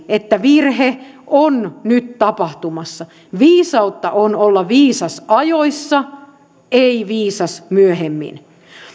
että virhe on nyt tapahtumassa viisautta on olla viisas ajoissa ei viisas myöhemmin